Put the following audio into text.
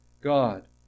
God